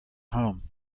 home